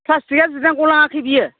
प्लासथिकआ जिनानै गलाङाखै बियो